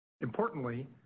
Importantly